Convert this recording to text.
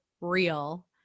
real